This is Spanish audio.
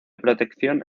protección